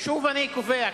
שוב אני קובע,